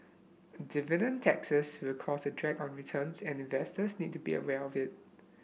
dividend taxes will cause a drag on returns and investors need to be aware of it